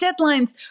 deadlines